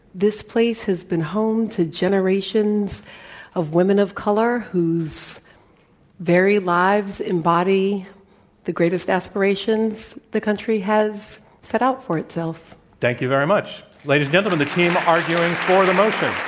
this place has been home to generations of women of color whose very lives embody the greatest aspirations the country has set out for itself. thank you very much. ladies and gentlemen, the team arguing for the motion.